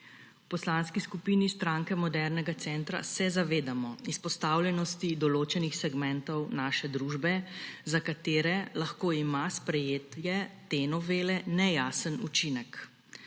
V Poslanski skupini Stranke modernega centra se zavedamo izpostavljenosti določenih segmentov naše družbe, za katere lahko ima sprejetje te novele nejasen učinek,